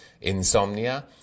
insomnia